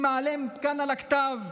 אם אעלה אותם כאן על הכתב,